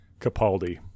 Capaldi